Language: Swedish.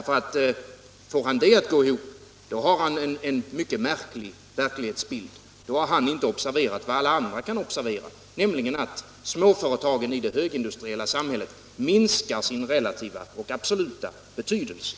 Får han det att gå ihop, har han en mycket märklig bild av verkligheten. I så fall har han inte observerat vad alla andra kan observera, nämligen att småföretagen i det högindustriella samhället minskar i relativ och absolut betydelse.